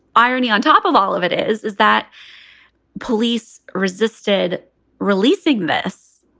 irony on top of all of it is, is that police resisted releasing this.